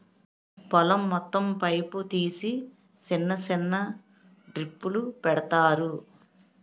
పొలం మొత్తం పైపు తీసి సిన్న సిన్న డ్రిప్పులు పెడతారు